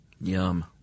Yum